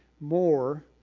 more